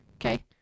Okay